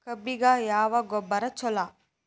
ಕಬ್ಬಿಗ ಯಾವ ಗೊಬ್ಬರ ಛಲೋ?